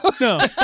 no